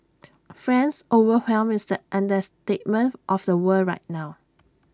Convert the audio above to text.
friends overwhelmed is the understatement of the world right now